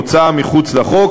הוצאה אל מחוץ לחוק,